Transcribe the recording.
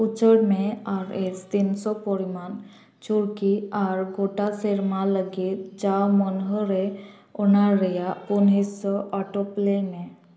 ᱩᱪᱟᱹᱲ ᱢᱮ ᱟᱨᱮᱥ ᱛᱤᱱᱥᱳ ᱯᱚᱨᱤᱢᱟᱱ ᱪᱩᱨᱠᱤ ᱟᱨ ᱜᱚᱴᱟ ᱥᱮᱨᱢᱟ ᱞᱟᱹᱜᱤᱫ ᱡᱟᱣ ᱢᱟᱹᱱᱦᱟᱹ ᱨᱮ ᱚᱱᱟ ᱨᱮᱭᱟᱜ ᱯᱩᱱ ᱦᱤᱥᱟᱹ ᱚᱴᱳᱯᱞᱮᱭ ᱢᱮ